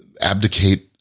abdicate